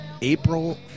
April